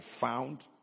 found